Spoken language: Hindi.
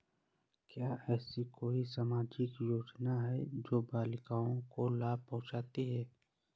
क्या ऐसी कोई सामाजिक योजनाएँ हैं जो बालिकाओं को लाभ पहुँचाती हैं?